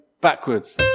Backwards